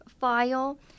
file